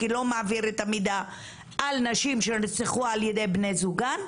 כי לא מעביר את המידע על נשים שנרצחו על ידי בני זוגן,